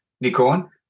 Nikon